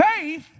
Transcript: faith